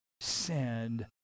send